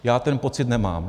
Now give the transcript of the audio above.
Já ten pocit nemám.